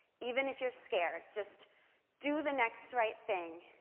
even if you're scared, just do the next right thing,